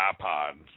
iPod